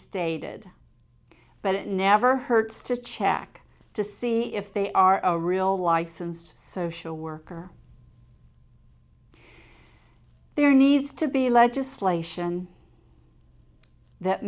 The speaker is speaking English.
stated but it never hurts to check to see if they are a real licensed social worker there needs to be legislation that